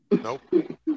Nope